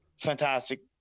fantastic